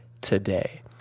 today